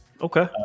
Okay